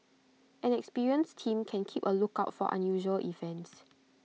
an experienced team can keep A lookout for unusual events